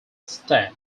sta